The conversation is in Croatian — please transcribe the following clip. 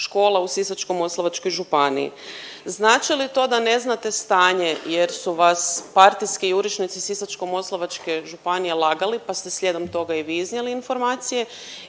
škola u Sisačko-moslavačkoj županiji. Znači li to da ne znate stanje jer su vas partijski jurišnici Sisačko-moslavačke županije lagali pa ste slijedom toga i vi iznijeli informacije